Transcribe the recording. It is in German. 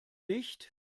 nicht